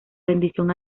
rendición